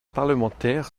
parlementaire